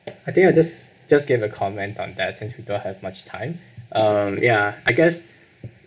I think I'll just just give a comment on that since we don't have much time um ya I guess